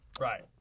right